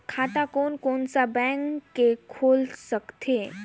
खाता कोन कोन सा बैंक के खुल सकथे?